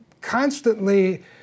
constantly